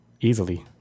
easily